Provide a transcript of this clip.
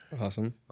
awesome